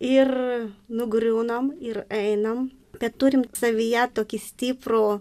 ir nugriūnam ir einam bet turim savyje tokį stiprų